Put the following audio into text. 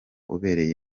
ubereye